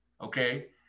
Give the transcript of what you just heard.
Okay